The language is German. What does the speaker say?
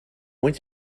uns